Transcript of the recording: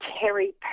Terry